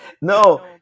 No